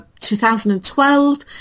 2012